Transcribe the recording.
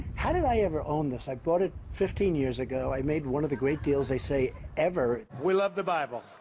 how did i ever own this? i bought it fifteen years ago. i made one of the great deals they say ever. we love the bible.